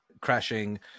crashing